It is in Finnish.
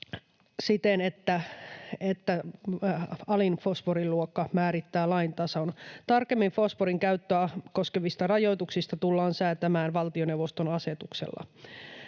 siten, että alin fosforiluokka määrittää lain tason. Tarkemmin fosforin käyttöä koskevista rajoituksista tullaan säätämään valtioneuvoston asetuksella.